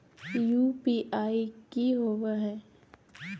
UPI की होवे है?